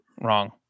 Wrong